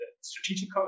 strategic